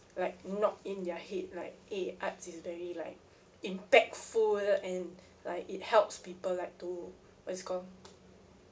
like knock in their head like eh arts is very like impactful and like it helps people like to what is it called